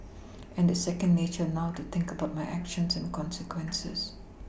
and it's second nature now to think about my actions and consequences